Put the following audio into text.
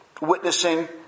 witnessing